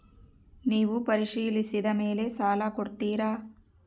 ನೇವು ಪರಿಶೇಲಿಸಿದ ಮೇಲೆ ಸಾಲ ಕೊಡ್ತೇರಾ?